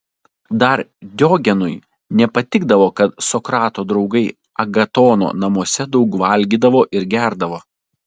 dar diogenui nepatikdavo kad sokrato draugai agatono namuose daug valgydavo ir gerdavo